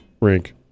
Rink